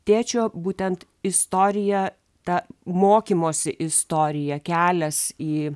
tėčio būtent istorija ta mokymosi istorija kelias į